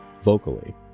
vocally